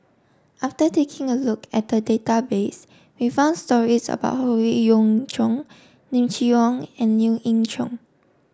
after taking a look at the database we found stories about Howe Yoon Chong Lim Chee Onn and Lien Ying Chow